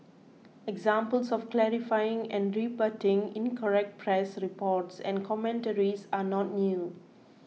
examples of clarifying and rebutting incorrect press reports and commentaries are not new